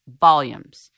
volumes